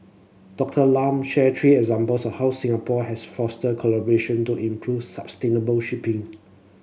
Doctor Lam shared three examples how Singapore has fostered collaboration to improve sustainable shipping